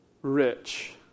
rich